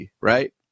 right